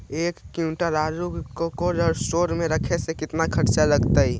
एक क्विंटल आलू के कोल्ड अस्टोर मे रखे मे केतना खरचा लगतइ?